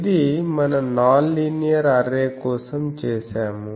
ఇది మన non linear array కోసం చేసాము